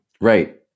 Right